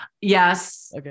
Yes